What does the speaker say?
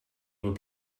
will